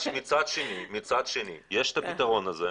מצד שני יש את הפתרון הזה,